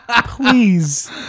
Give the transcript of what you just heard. Please